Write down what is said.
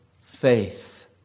faith